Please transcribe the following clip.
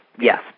yes